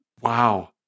wow